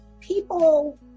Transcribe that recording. people